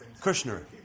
Kushner